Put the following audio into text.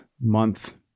month